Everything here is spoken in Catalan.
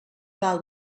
val